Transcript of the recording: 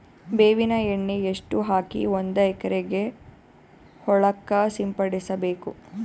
ಬೇವಿನ ಎಣ್ಣೆ ಎಷ್ಟು ಹಾಕಿ ಒಂದ ಎಕರೆಗೆ ಹೊಳಕ್ಕ ಸಿಂಪಡಸಬೇಕು?